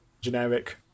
generic